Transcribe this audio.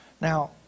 Now